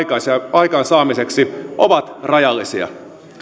aikaansaamiseksi ovat rajallisia